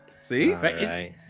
see